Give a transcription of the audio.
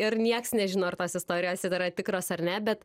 ir nieks nežino ar tos istorijos yra tikros ar ne bet